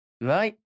right